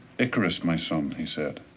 icarus, my son, he said,